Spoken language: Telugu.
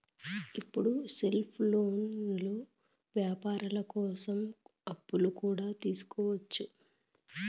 ఇప్పుడు సెల్ఫోన్లో వ్యాపారాల కోసం అప్పులు కూడా తీసుకోవచ్చు